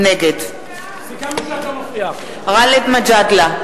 נגד גאלב מג'אדלה,